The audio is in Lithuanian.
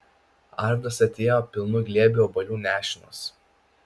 arvydas atėjo pilnu glėbiu obuolių nešinas